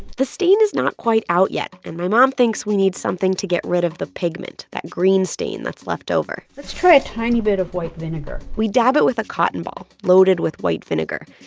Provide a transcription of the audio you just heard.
the stain is not quite out yet, and my mom thinks we need something to get rid of the pigment that green stain that's leftover let's try a tiny bit of white vinegar we dab it with a cotton ball loaded with white vinegar,